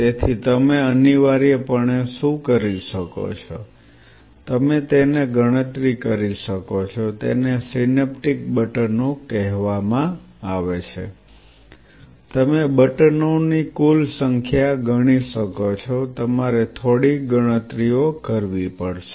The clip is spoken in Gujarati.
તેથી તમે અનિવાર્યપણે શું કરી શકો છો તમે તેને ગણતરી કરી શકો છો તેને સિનેપ્ટિક બટનો કહેવામાં આવે છે તમે બટનોની કુલ સંખ્યા ગણી શકો છો તમારે થોડી ગણતરીઓ કરવી પડશે